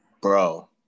Bro